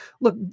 look